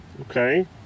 okay